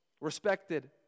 respected